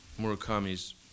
Murakami's